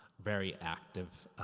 very active,